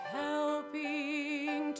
helping